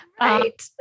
right